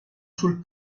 sul